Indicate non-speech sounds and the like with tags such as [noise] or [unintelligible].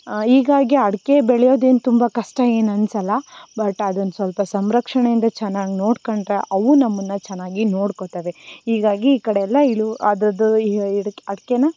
ಹೀಗಾಗಿ ಅಡಿಕೆ ಬೆಳೆಯೋದೇನು ತುಂಬ ಕಷ್ಟ ಏನೂ ಅನ್ಸೋಲ್ಲ ಬಟ್ ಅದೊಂದು ಸ್ವಲ್ಪ ಸಂರಕ್ಷಣೆಯಿಂದ ಚೆನ್ನಾಗಿ ನೋಡ್ಕೊಂಡ್ರೆ ಅವು ನಮ್ಮನ್ನು ಚೆನ್ನಾಗಿ ನೋಡ್ಕೊತವೆ ಹೀಗಾಗಿ ಈ ಕಡೆಯೆಲ್ಲ ಇಳು ಅದರದ್ದು [unintelligible] ಅಡಿಕೇನ